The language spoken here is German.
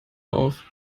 auf